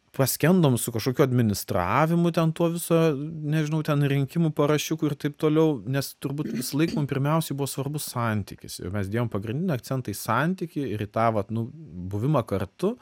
paskendom su kažkokiu administravimu ten to viso nežinau ten rinkimu parašiukų ir taip toliau nes turbūt visą laiką mum pirmiausiai buvo svarbu santykis ir mes dėjom pagrindinį akcentą į santykį ir į tą vat nu buvimą kartu